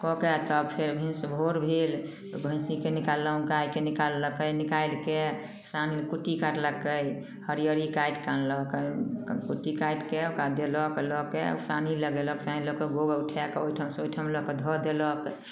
कऽ के तब फेर भिन भोर भेल तऽ भैंसीके निकाललहुँ गायके निकाललकै निकालिके फेन सानी कुट्टी काटलकै हरियरी काटि कऽ अनलकै कुट्टी काटिके ओकरा देलक लऽ के ओ सानी लगेलक सानी लऽ के गोबर उठाएल गोबर उठाए कऽ ओहिठामसँ ओहिठाम धऽ देलक